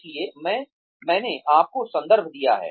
इसलिए मैंने आपको संदर्भ दिया है